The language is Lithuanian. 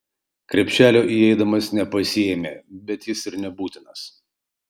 krepšelio įeidamas nepasiėmė bet jis ir nebūtinas